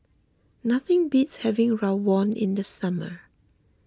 nothing beats having Rawon in the summer